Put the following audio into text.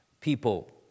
people